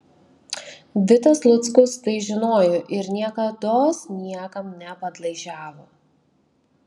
vitas luckus tai žinojo ir niekados niekam nepadlaižiavo